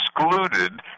excluded